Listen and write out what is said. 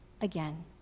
again